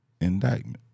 indictment